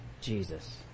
Jesus